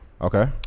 Okay